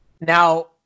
Now